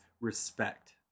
respect